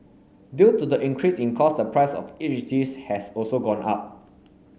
due to the increase in cost the price of each dish has also gone up